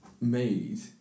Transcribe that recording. made